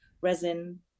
resin